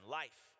life